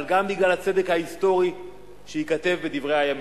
אבל גם בגלל הצדק ההיסטורי שייכתב בדברי הימים.